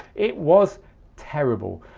it was terrible.